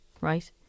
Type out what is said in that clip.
right